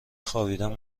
خوابیدن